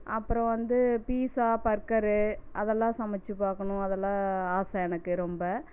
அப்புறம் வந்து pizza burger அதெலாம் சமச்சு பார்க்கணும் அதெலாம் ஆசை எனக்கு ரொம்ப